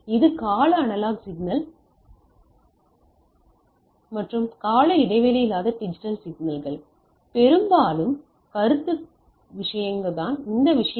இது கால அனலாக் சிக்னல்கள் மற்றும் கால இடைவெளியில்லாத டிஜிட்டல் சிக்னல்கள் பெரும்பாலும் கருதும் விஷயங்கள் தான் அந்த விஷயங்கள்